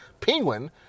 Penguin